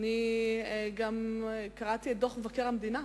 גם קראתי את דוח מבקר המדינה,